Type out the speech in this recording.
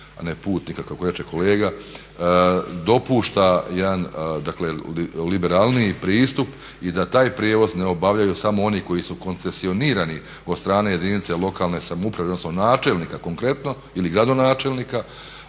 a ne putnika kako reče kolega, dopušta jedan, dakle liberalniji pristup i da taj prijevoz ne obavljaju samo oni koji su koncesionirani od strane jedinice lokalne samouprave odnosno načelnika konkretno ili gradonačelnika